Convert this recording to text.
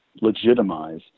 legitimize